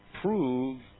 prove